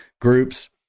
groups